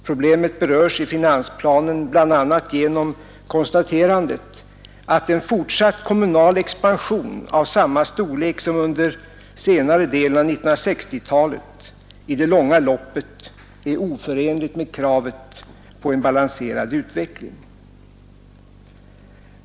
Problemet berörs i finansplanen bl.a. genom konstaterandet att en fortsatt kommunal expansion av samma storlek som under senare delen av 1960-talet i det långa loppet är oförenlig med kravet på en balanserad utveckling.